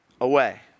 away